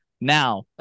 Now